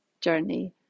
journey